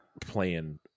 playing